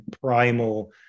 primal